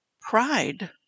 pride